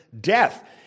death